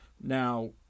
Now